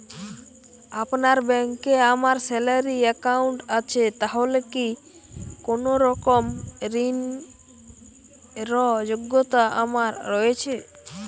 আপনার ব্যাংকে আমার স্যালারি অ্যাকাউন্ট আছে তাহলে কি কোনরকম ঋণ র যোগ্যতা আমার রয়েছে?